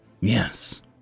Yes